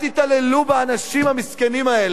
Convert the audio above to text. אל תתעללו באנשים המסכנים האלה.